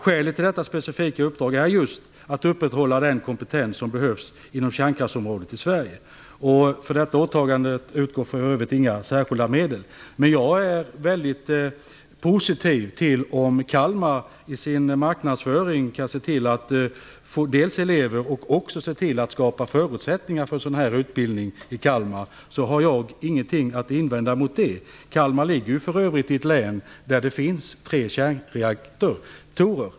Skälet till detta specifika uppdrag är just att man vill upprätthålla den kompetens som behövs inom kärnkraftsområdet i Sverige. För detta åtagande utgår för övrigt inga särskilda medel. Jag är väldigt glad om Kalmar i sin marknadsföring kan se till att få elever och också se till att skapa förutsättningar för en sådan här utbildning. Jag har ingenting att invända mot det. Kalmar ligger för övrigt i ett län där det finns tre kärnreaktorer.